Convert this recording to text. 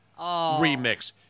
remix